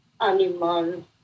animal